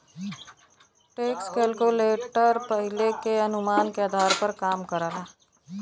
tax calculator पहिले के अनुमान के आधार पर काम करला